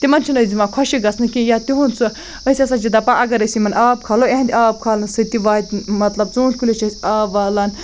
تِمَن چھِنہٕ أسۍ دِوان خۄشِک گژھنہٕ کینٛہہ یا تِہُنٛد سُہ أسۍ ہَسا چھِ دَپان اگر أسۍ یِمَن آب کھالو یِہِنٛدِ آب کھالنہٕ سۭتۍ تہِ واتہِ مطلب ژوٗںٛٹھۍ کُلِس چھِ أسۍ آب والان